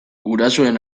gurasoen